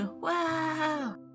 Wow